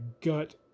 gut